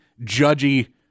judgy